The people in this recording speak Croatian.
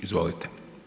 Izvolite.